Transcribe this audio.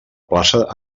plaça